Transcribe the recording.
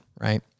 right